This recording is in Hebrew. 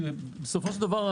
בסופו של דבר,